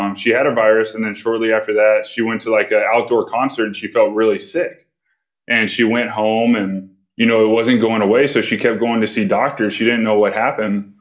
um she had a virus and then shortly after that she went to like a outdoor concert and she felt really sick and she went home and you know it wasn't going away so she kept going to see doctors. she didn't know what happened.